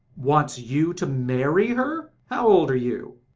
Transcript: wants you to marry her! how old are you?